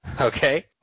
Okay